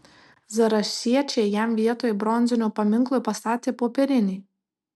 zarasiečiai jam vietoj bronzinio paminklo pastatė popierinį